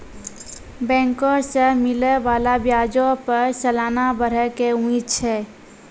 बैंको से मिलै बाला ब्याजो पे सलाना बढ़ै के उम्मीद छै